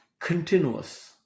continuous